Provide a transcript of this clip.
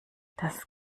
das